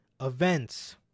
events